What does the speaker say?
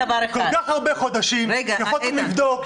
כל כך הרבה חודשים יכולתם לבדוק,